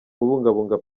kubungabunga